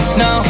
no